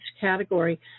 category